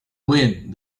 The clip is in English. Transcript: wind